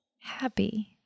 happy